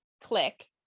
click